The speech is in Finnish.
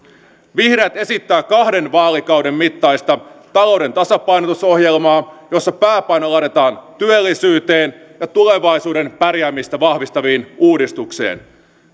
vihreät esittää kahden vaalikauden mittaista talouden tasapainotusohjelmaa jossa pääpaino laitetaan työllisyyteen ja tulevaisuuden pärjäämistä vahvistaviin uudistuksiin